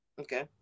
Okay